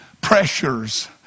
pressures